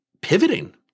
pivoting